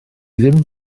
ddim